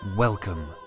Welcome